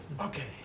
Okay